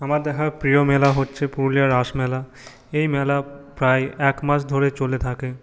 আমার দেখা প্রিয় মেলা হচ্ছে পুরুলিয়ার রাসমেলা এই মেলা প্রায় এক মাস ধরে চলে থাকে